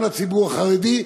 גם לציבור החרדי,